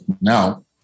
now